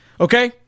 Okay